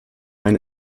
eine